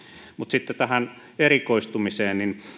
mutta sitten tähän erikoistumiseen